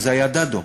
אז זה היה דדו.